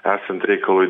esant reikalui